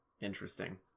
interesting